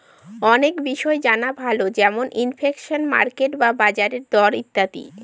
অনেক বিষয় জানা ভালো যেমন ইনফ্লেশন, মার্কেট বা বাজারের দর ইত্যাদি